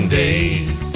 days